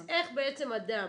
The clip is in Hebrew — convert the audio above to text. אז בעצם אדם,